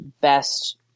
best